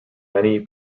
many